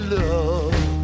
love